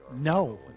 No